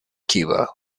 cuba